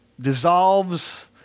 dissolves